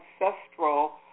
ancestral